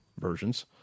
versions